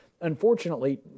unfortunately